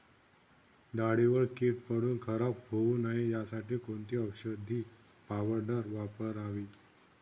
डाळीवर कीड पडून खराब होऊ नये यासाठी कोणती औषधी पावडर वापरावी?